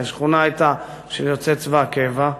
כי השכונה הייתה של יוצאי צבא הקבע.